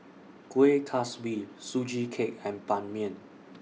Kueh Kaswi Sugee Cake and Ban Mian